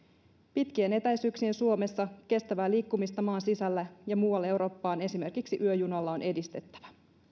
pitkien etäisyyksien suomessa kestävää liikkumista maan sisällä ja muualle eurooppaan esimerkiksi yöjunalla on edistettävä